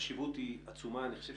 החשיבות של הנושא היא עצומה, ואני חושב